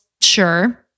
sure